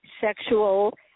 sexual